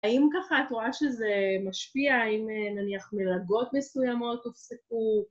‫האם ככה את רואה שזה משפיע? ‫האם נניח מלגות מסוימות הופסקו?